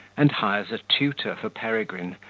and hires a tutor for peregrine,